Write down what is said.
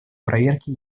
проверке